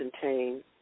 contain